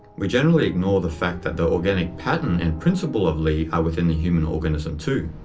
we generally ignore the fact that the organic pattern and principle of li are within the human organism too.